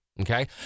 Okay